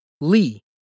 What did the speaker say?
Lee